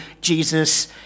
Jesus